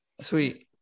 sweet